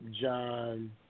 John